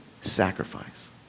sacrifice